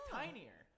tinier